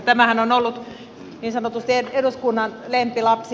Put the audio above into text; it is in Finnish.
tämähän on ollut niin sanotusti eduskunnan lempilapsi